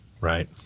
right